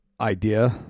idea